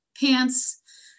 pants